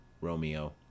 Romeo